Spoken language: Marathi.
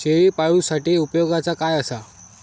शेळीपाळूसाठी उपयोगाचा काय असा?